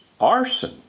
arson